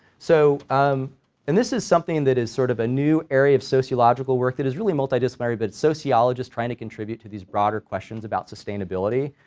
so um and this is something that is sort of a new area of sociological work that is really multidisciplinary, but it's sociologists trying to contribute to these broader questions about sustainability,